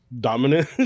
Dominant